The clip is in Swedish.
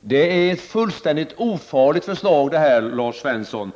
Detta är ett fullkomligt ofarligt förslag, Lars Svensson.